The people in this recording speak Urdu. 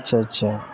اچھا اچھا